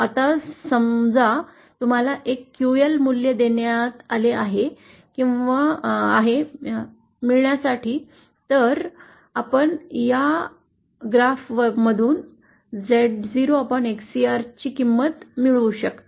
आता समजा तुम्हाला एक QL मूल्य देण्यात आले आहे मिळण्यासाठी तर आपण या आलेखमधून Z0Xcr ची किंमत मिळवू शकता